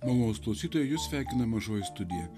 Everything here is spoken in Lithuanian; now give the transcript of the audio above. malonūs klausytojus sveikina mažoji studija